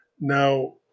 Now